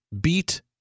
beat